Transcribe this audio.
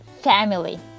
family